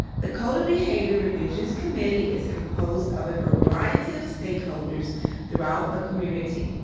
the code of behavior revisions committee is composed of a variety of stakeholders throughout the community.